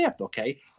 okay